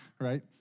right